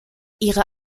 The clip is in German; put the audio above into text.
ihre